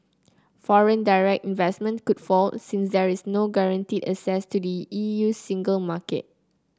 foreign direct investment could fall since there is no guaranteed access to the E U single market